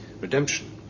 Redemption